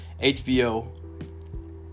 hbo